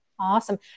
Awesome